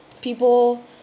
People